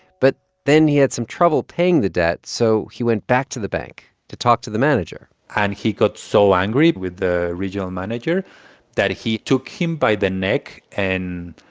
but then he had some trouble paying the debt, so he went back to the bank to talk to the manager and he got so angry with the regional manager that he took him by the neck and